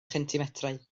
chentimetrau